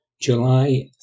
July